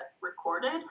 recorded